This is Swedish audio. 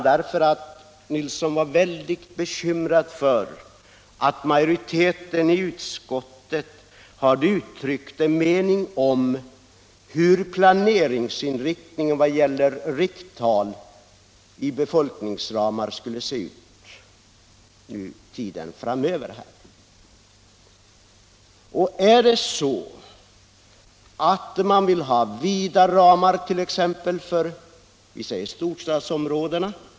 Herr Nilsson var väldigt bekymrad över att majoriteten i utskottet varit för generös vid planeringsinriktningen uttryckt i befolkningsramar för skogslänen. Socialdemokraterna vill i stället ha vida ramar för storstadsområdena.